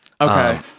Okay